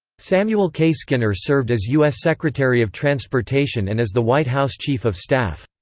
samuel k. skinner served as u s. secretary of transportation and as the white house chief of staff.